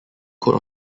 coat